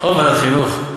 או לוועדת החינוך.